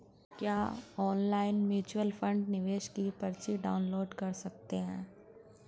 क्या online mutual fund निवेश की पर्ची डाउनलोड कर सकते हैं?